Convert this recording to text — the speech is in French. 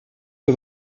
que